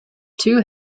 two